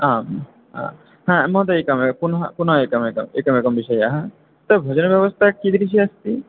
आं महोदय एकमे पुनः एकमेकं एकमेकं विषयः तत्र भोजनव्यवस्था कीदृशी अस्ति